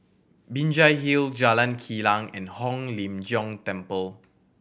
Binjai Hill Jalan Kilang and Hong Lim Jiong Temple